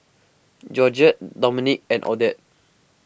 Georgette Dominque and Odette